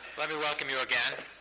let me welcome you again.